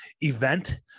event